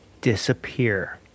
disappear